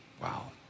Wow